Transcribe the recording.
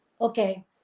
okay